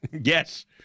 Yes